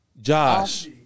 josh